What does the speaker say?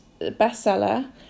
bestseller